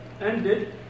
ended